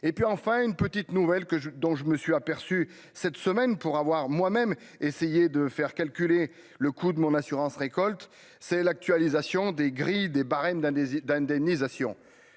et puis enfin une petite nouvelle que je dont je me suis aperçu cette semaine pour avoir moi-même essayer de faire calculer le coût de mon assurance récolte c'est l'actualisation des grilles des barèmes d'un désir